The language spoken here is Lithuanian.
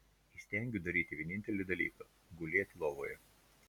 įstengiu daryti vienintelį dalyką gulėt lovoje